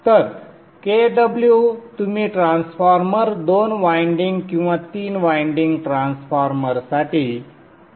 तर Kw तुम्ही transformer दोन वायंडिंग किंवा तीन वायंडिंग ट्रान्सफॉर्मरसाठी 0